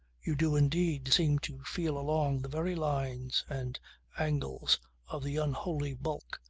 you do indeed seem to feel along the very lines and angles of the unholy bulk,